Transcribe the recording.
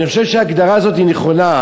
אני חושב שההגדרה הזאת נכונה.